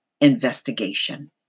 investigation